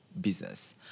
business